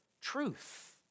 truth